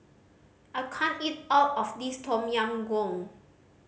I can't eat all of this Tom Yam Goong